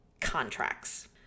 contracts